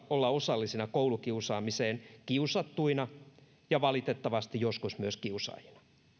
olla osallisina koulukiusaamiseen kiusattuina ja valitettavasti joskus myös kiusaajina